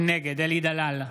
נגד אלי דלל,